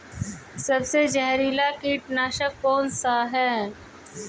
सबसे जहरीला कीटनाशक कौन सा है?